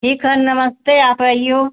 ठीक है नमस्ते आप अइयो